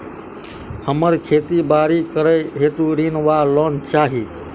हमरा खेती बाड़ी करै हेतु ऋण वा लोन चाहि?